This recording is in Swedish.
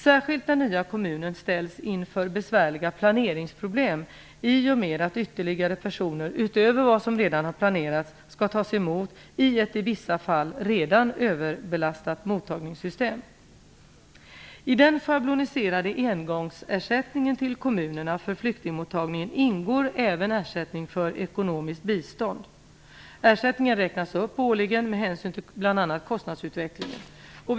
Särskilt den nya kommunen ställs inför besvärliga planeringsproblem i och med att ytterligare personer utöver vad som redan har planerats skall tas emot i ett i vissa fall redan överbelastat mottagningssystem. I den schabloniserade engångsersättningen till kommunerna för flyktingmottagningen ingår även ersättning för ekonomiskt bistånd. Ersättningen räknas upp årligen med hänsyn till bl.a. kostnadsutvecklingen.